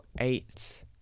eight